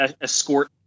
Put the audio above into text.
escort